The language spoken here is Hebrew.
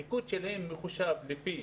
הניגוד שלהם מחושב לפי